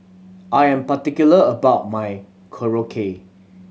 I am particular about my Korokke